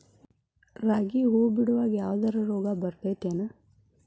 ರಾಗಿ ಹೂವು ಬಿಡುವಾಗ ಯಾವದರ ರೋಗ ಬರತೇತಿ ಏನ್?